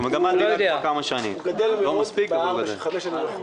הוא גדל מאוד ב-4, 5 שנים האחרונות.